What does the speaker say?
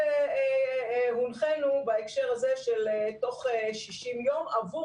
כפי שהונחינו בהקשר הזה של תוך 60 יום עבור